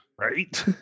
right